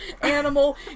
animal